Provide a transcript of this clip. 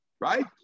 right